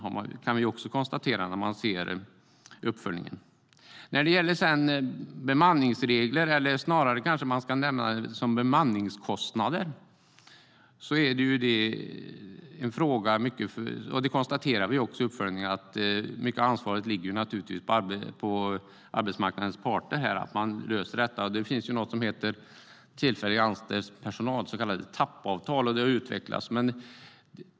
Det kan vi också konstatera i uppföljningen. Detta med bemanningsregler, eller snarare bemanningskostnader, är en fråga där mycket av ansvaret för att lösa detta ligger på arbetsmarknadens parter. Det konstaterar vi också i uppföljningen. Det finns något som heter TAP-avtal, alltså för tillfälligt anställd personal, och det har utvecklats.